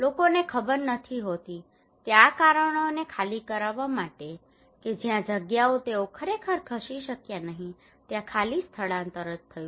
લોકોને ખબર નથી હોતી કે આ કારણોને ખાલી કરાવવા માટે કે જ્યાં તેઓ ખરેખર ખસી શક્યા નહીં ત્યાં ખાલી સ્થાનાંતરિત કરવું